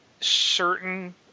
certain